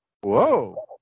Whoa